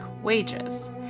wages